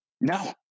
No